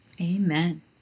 Amen